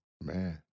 Man